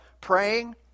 praying